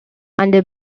under